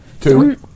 Two